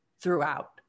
throughout